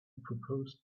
proposed